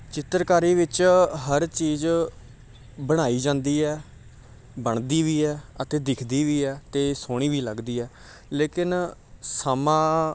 ਚਿੱਤਰਕਾਰੀ ਵਿੱਚ ਹਰ ਚੀਜ਼ ਬਣਾਈ ਜਾਂਦੀ ਹੈ ਬਣਦੀ ਵੀ ਹੈ ਅਤੇ ਦਿਖਦੀ ਵੀ ਹੈ ਅਤੇ ਸੋਹਣੀ ਵੀ ਲੱਗਦੀ ਹੈ ਲੇਕਿਨ ਸਮਾਂ